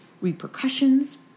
repercussions